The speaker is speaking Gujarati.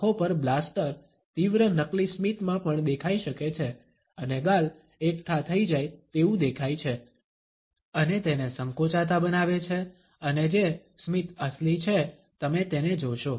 આંખો પર બ્લાસ્ટર તીવ્ર નકલી સ્મિતમાં પણ દેખાઈ શકે છે અને ગાલ એકઠા થઈ જાઈ તેવું દેખાઈ છે અને તેને સંકોચાતાં બનાવે છે અને જે સ્મિત અસલી છે તમે તેને જોશો